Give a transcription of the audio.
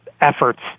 efforts